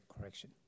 correction